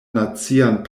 nacian